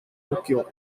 tokyo